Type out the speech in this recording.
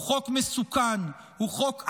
הוא חוק מסוכן, הוא חוק אנטי-ליברלי.